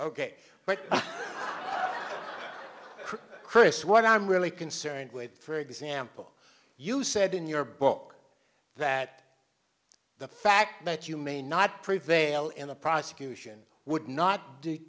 ok but chris what i'm really concerned with for example you said in your book that the fact that you may not prevail in a prosecution would not